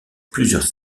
plusieurs